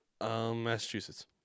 Massachusetts